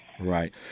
Right